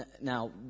Now